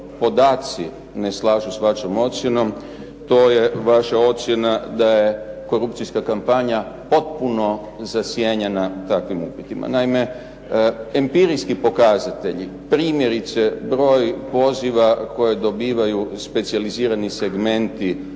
podaci ne slažu sa vašom ocjenom to je vaša ocjena da je korupcijska kampanja potpuno zasjenjena takvim upitima. Naime, empirijski pokazatelji, primjerice broj vozila koje dobivaju specijalizirani segmenti,